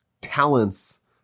talents